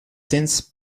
since